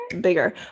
bigger